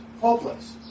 Hopeless